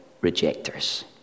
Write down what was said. rejectors